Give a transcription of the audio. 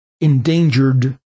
endangered